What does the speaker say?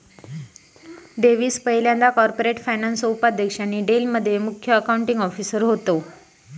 Davis पयल्यांदा corporate फायनान्सचो उपाध्यक्ष आणि डेल मध्ये मुख्य अकाउंटींग ऑफिसर होते